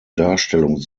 darstellung